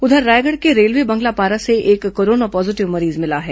उधर रायगढ़ के रेलवे बंगला पारा से एक कोरोना पॉजीटिव मरीज मिला है